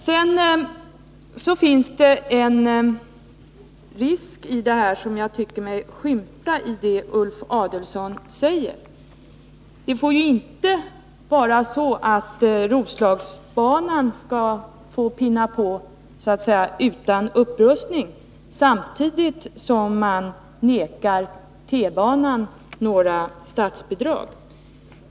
Det finns en risk med en bevarad Roslagsbana som jag tycker mig skymta i det Ulf Adelsohn säger: Det får inte bli så att man låter Roslagsbanan pinna på utan upprustning samtidigt som man vägrar T-banan statsbidrag.